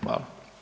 Hvala.